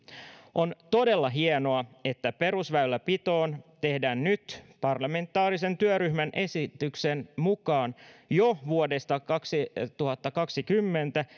on todella hienoa että perusväylänpitoon tehdään nyt parlamentaarisen työryhmän esityksen mukaan jo vuodesta kaksituhattakaksikymmentä